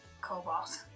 Cobalt